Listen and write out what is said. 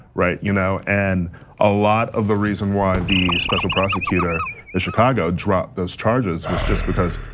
right? you know and a lot of the reason why the special prosecutor in chicago dropped those charges was just because,